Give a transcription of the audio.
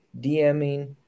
DMing